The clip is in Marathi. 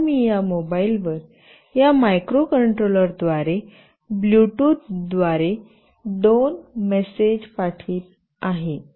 आता मी या मोबाइलवर या मायक्रोकंट्रोलर द्वारे ब्लूटूथ द्वारे दोन मेसेज पाठवित आहे